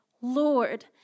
Lord